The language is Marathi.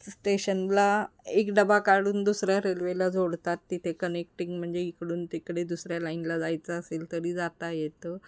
स स्टेशनला एक डबा काढून दुसऱ्या रेल्वेला जोडतात तिथे कनेक्टिंग म्हणजे इकडून तिकडे दुसऱ्या लाईनला जायचं असेल तरी जाता येतं